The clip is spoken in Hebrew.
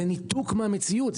זה ניתוק מהמציאות,